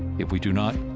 if we do not,